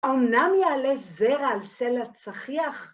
אמנם יעלה זרע על סלע צחיח.